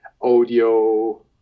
audio